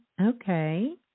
okay